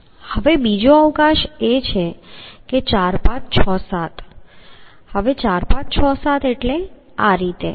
હવે બીજો અવકાશ એ છે કે 4 5 6 7 હવે 4 5 6 7 એટલે આ રીતે